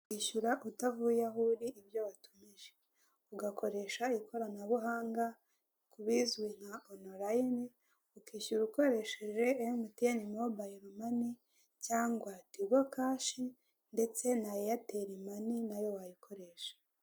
Kwishyura utavuye aho uri ibyo watumamije ugakoresha ikoranabuhanga, ku bizwi nka onolayini, ukishyura ukoresheje emutiyene mobayilo mani, cyangwa tigo kashi ndetse na eyateli mani nayo wayikoresha.